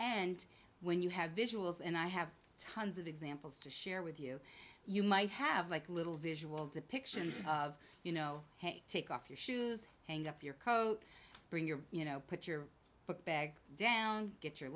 and when you have visuals and i have tons of examples to share with you you might have like little visual depictions of you know take off your shoes hang up your coat bring your you know put your book bag down get your